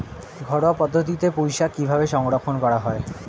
ঘরোয়া পদ্ধতিতে পুই শাক কিভাবে সংরক্ষণ করা হয়?